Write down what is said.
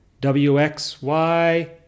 W-X-Y